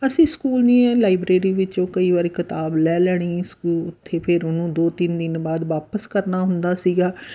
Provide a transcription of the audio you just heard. ਅਸੀਂ ਸਕੂਲ ਦੀਆਂ ਲਾਈਬ੍ਰੇਰੀ ਵਿੱਚੋਂ ਕਈ ਵਾਰੀ ਕਿਤਾਬ ਲੈ ਲੈਣੀ ਸਕੂਲ ਉੱਥੇ ਫਿਰ ਉਹਨੂੰ ਦੋ ਤਿੰਨ ਦਿਨ ਬਾਅਦ ਵਾਪਸ ਕਰਨਾ ਹੁੰਦਾ ਸੀਗਾ